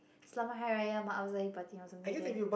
Selamat-Hari-Raya or something like that